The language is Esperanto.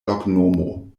loknomo